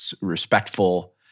respectful